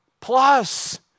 Plus